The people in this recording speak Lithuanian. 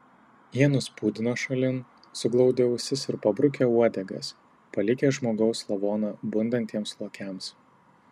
jie nuspūdino šalin suglaudę ausis ir pabrukę uodegas palikę žmogaus lavoną bundantiems lokiams